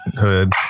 hood